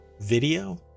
video